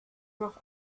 noch